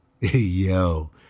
yo